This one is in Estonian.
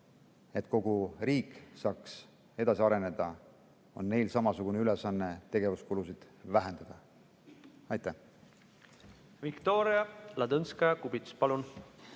et kogu riik saaks edasi areneda, on neil samasugune ülesanne tegevuskulusid vähendada. Viktoria